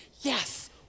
Yes